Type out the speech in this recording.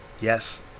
Yes